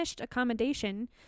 accommodation